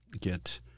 get